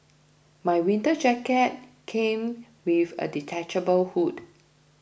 my winter jacket came with a detachable hood